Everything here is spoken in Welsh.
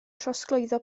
trosglwyddo